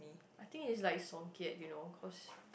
I think it's like Songket you know cause